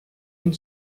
une